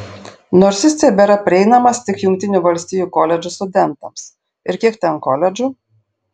nors jis tebėra prieinamas tik jungtinių valstijų koledžų studentams ir kiek ten koledžų